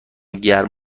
گرم